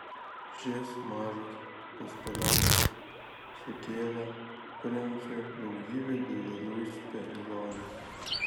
šis mažas pistoletas sukėlė princui daugybę didelių spėlionių